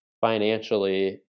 financially